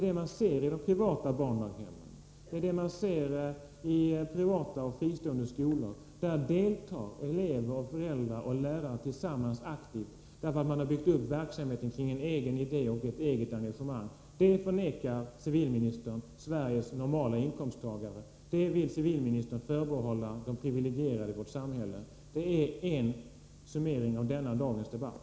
Det man ser i privata barndaghem och i privata och fristående skolor är att elever, föräldrar och lärare tillsammans aktivt deltar i arbetet därför att de har byggt upp verksamheten kring en egen idé och ett eget engagemang. Detta förvägrar civilministern Sveriges inkomsttagare i normala lönelägen. Det vill civilministern förbehålla de privilegierade i vårt samhälle. Det är en summering av denna dags debatt.